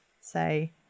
say